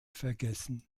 vergessen